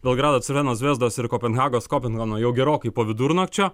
belgrado crvenos zvezdos ir kopenhagos kobenhavno jau gerokai po vidurnakčio